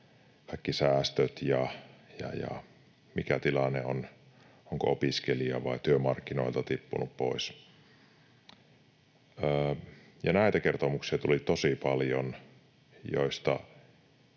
kaikki säästöt ja se, mikä tilanne on, onko opiskelija vai työmarkkinoilta tippunut pois. Näitä kertomuksia tuli tosi paljon, joista